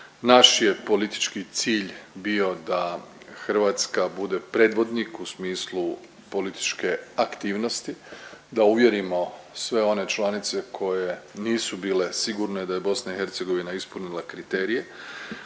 Naš je politički cilj bio da Hrvatska bude predvodnik u smislu političke aktivnosti, da uvjerimo sve one članice koje nisu bile sigurne da je BiH ispunila kriterije